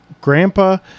grandpa